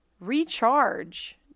recharge